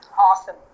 Awesome